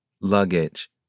luggage